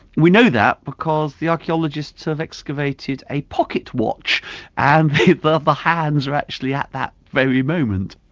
we know that because the archaeologists have excavated a pocket watch and ah the hands are actually at that very moment.